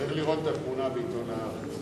צריך לראות את התמונה בעיתון "הארץ".